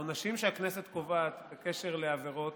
העונשים שהכנסת קובעת בקשר לעבירות,